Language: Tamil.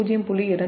2 மற்றும் 0